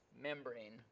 membrane